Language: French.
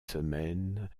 semaines